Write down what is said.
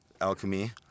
alchemy